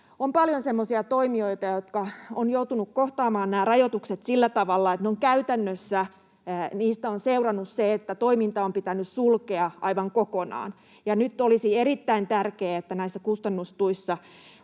on paljon semmoisia toimijoita, jotka ovat joutuneet kohtaamaan nämä rajoitukset sillä tavalla, että käytännössä niistä on seurannut se, että toiminta on pitänyt sulkea aivan kokonaan. Nyt olisi erittäin tärkeää, että näissä kustannustuissa